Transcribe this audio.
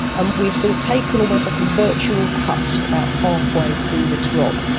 and we've sort of taken almost like a virtual cut about halfway through this rock,